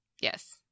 Yes